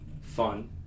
fun